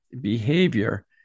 behavior